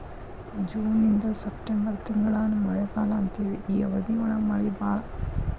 June ಇಂದ September ತಿಂಗಳಾನ ಮಳಿಗಾಲಾ ಅಂತೆವಿ ಈ ಅವಧಿ ಒಳಗ ಮಳಿ ಬಾಳ